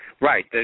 Right